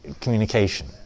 communication